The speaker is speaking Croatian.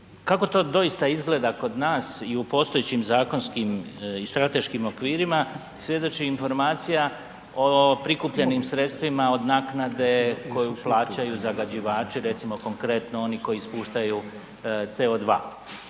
Kako to doista izgleda kod nas i u postojećim zakonskim i strateškim okvirima svjedoči informacija o prikupljenim sredstvima od naknade koju plaćaju zagađivači, recimo, konkretno oni koji ispuštaju CO2.